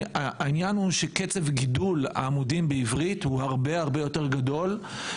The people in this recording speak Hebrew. העניין הוא שקצב גידול העמודים בעברית הוא הרבה הרבה יותר גדול.